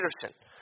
Peterson